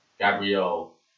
Gabriel